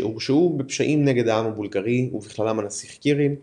שהורשעו בפשעים נגד העם הבולגרי ובכללם הנסיך קיריל,